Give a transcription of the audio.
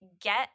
get